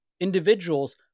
individuals